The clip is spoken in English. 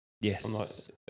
Yes